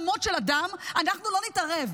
אמות של אדם אנחנו לא נתערב.